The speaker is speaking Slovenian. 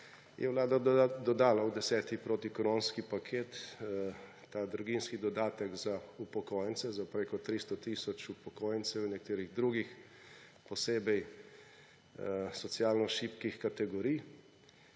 je Vlada dodala v 10. protikoronski paket ta draginjski dodatek za upokojence, za preko 300 tisoč upokojencev in nekaterih drugih, posebej socialno šibkih kategorij.